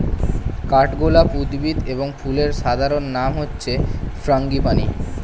কাঠগোলাপ উদ্ভিদ এবং ফুলের সাধারণ নাম হচ্ছে ফ্রাঙ্গিপানি